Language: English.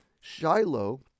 Shiloh